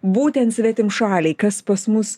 būtent svetimšaliai kas pas mus